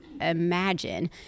imagine